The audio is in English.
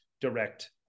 direct